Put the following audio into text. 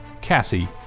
Cassie